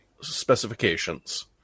specifications